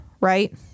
Right